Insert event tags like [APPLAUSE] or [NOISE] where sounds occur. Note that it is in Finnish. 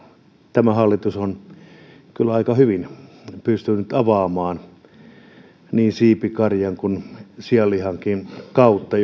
tämä hallitus on kyllä aika hyvin pystynyt avaamaan niin siipikarjan kuin sianlihankin kautta [UNINTELLIGIBLE]